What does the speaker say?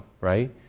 right